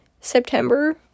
september